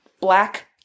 Black